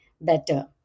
better